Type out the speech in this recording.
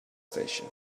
station